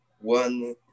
one